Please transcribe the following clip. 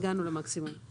הגענו למקסימום,